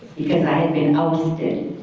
because i had been ousted.